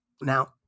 Now